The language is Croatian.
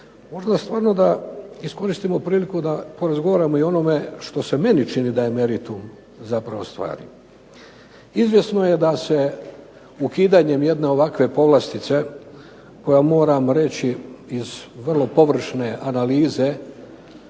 možda stvarno da iskoristimo priliku i porazgovaramo o onome što se meni čini da je meritum stvari. Izvjesno je da se ukidanjem jedne ovakve povlastice, koja moram reći iz vrlo površne analize,